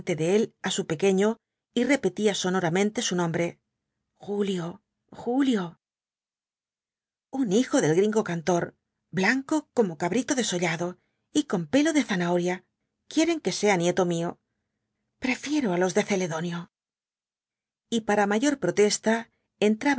de él á su pequeño y repetía sonoramente su nombre julio julio un hijo del gringo cantor blanco como cabrito desollado y con pelo de zanahoria quieren que sea nieto mío prefiero á los de celedonio y para mayor protesta